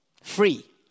Free